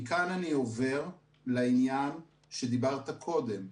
מכאן אני עובר לעניין שדיברת עליו קודם.